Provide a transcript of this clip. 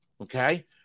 okay